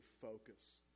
focus